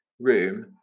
room